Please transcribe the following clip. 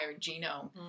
genome